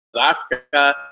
africa